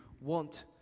want